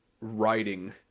writing